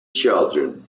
children